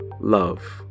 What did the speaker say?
love